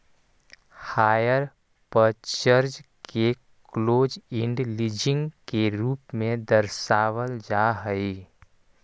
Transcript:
hire purchase के close end leasing के रूप में दर्शावल जा हई